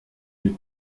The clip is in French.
les